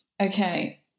okay